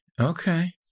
Okay